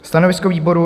Stanovisko výboru?